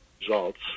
results